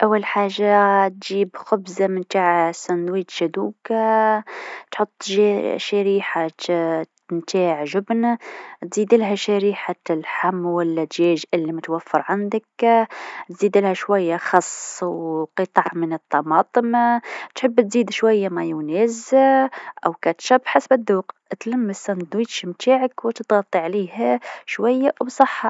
لصنع ساندويتش بسيط، أول حاجة تحضر خبز توست أو أي نوع تحبه. حط شوية زبدة أو مايونيز على الجهتين. بعدين، ضع شريحة جبن أو لحم حسب رغبتك. إذا تحب، تضيف شوية خس أو طماطم. بعد ما تجهز المكونات، اغلق الساندويتش وحطه في مقلاة أو اكمل تناوله مباشرة. وبالهناء والشفاء!